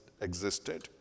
existed